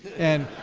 and,